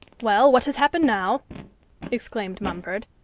well, what has happened now exclaimed mumford.